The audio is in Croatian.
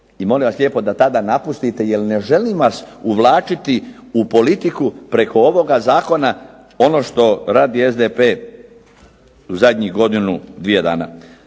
i molim vas lijepo da tada napustite jer ne želim vas uvlačiti u politiku preko ovoga zakona, ono što radi SDP u zadnjih godinu, dvije dana.